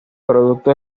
producto